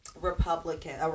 Republican